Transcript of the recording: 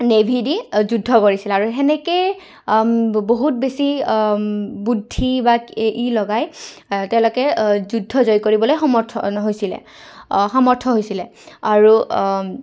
navy দি যুদ্ধ কৰিছিল আৰু সেনেকৈয়ে বহুত বেছি বুদ্ধি বা ই লগাই তেওঁলোকে যুদ্ধ জয় কৰিবলৈ সমৰ্থন হৈছিলে সমৰ্থ হৈছিলে আৰু